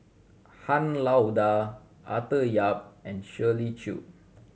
Han Lao Da Arthur Yap and Shirley Chew